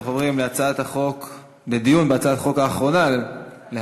אנחנו עוברים לדיון בהצעת החוק האחרונה להיום,